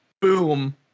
boom